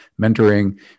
mentoring